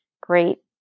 great